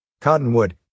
Cottonwood